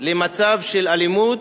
למצב של אלימות,